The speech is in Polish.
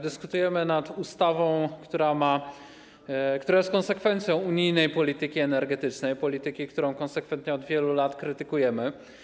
Dyskutujemy nad ustawą, która ma, która jest konsekwencją unijnej polityki energetycznej, polityki, którą konsekwentnie od wielu lat krytykujemy.